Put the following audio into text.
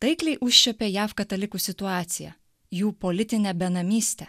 taikliai užčiuopė jav katalikų situaciją jų politinę benamystę